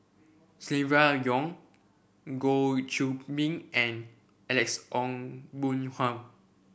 Silvia Yong Goh Qiu Bin and Alex Ong Boon Hau